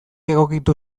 egokitu